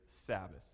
Sabbath